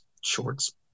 shorts